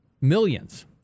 millions